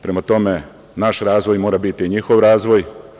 Prema tome, naš razvoj mora biti i njihov razvoj.